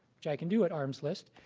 which i can do at arms list.